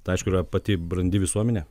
tai aišku yra pati brandi visuomenė